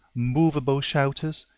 movable shelters,